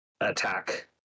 attack